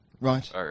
Right